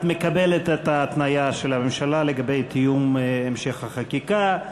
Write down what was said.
את מקבלת את ההתניה של הממשלה לגבי תיאום המשך החקיקה,